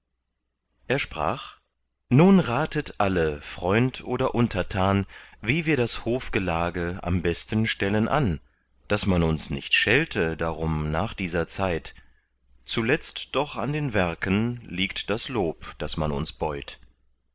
er sprach nun ratet alle freund oder untertan wie wir das hofgelage am besten stellen an daß man uns nicht schelte darum nach dieser zeit zuletzt doch an den werken liegt das lob das man uns beut